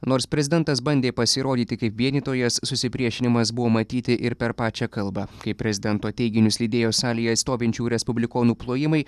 nors prezidentas bandė pasirodyti kaip vienytojas susipriešinimas buvo matyti ir per pačią kalbą kai prezidento teiginius lydėjo salėje stovinčių respublikonų plojimai